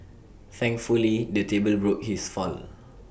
thankfully the table broke his fall